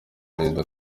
perezida